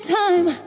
time